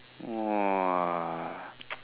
!wah!